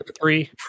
three